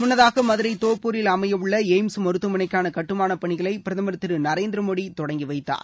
முன்னதாக மதுரை தோப்பூரில் அமையவுள்ள எய்ம்ஸ் மருத்துவமனைக்கான கட்டுமானப் பணிகளை பிரதமர் திரு நரேந்திர மோடி தொடங்கி வைத்தார்